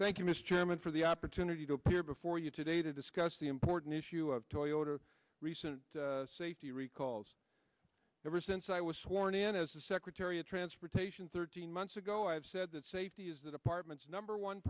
thank you mr chairman for the opportunity to appear before you today to discuss the important issue of toyota recent safety recalls ever since i was sworn in as the secretary of transportation thirteen months ago i have said that safety is the department's number one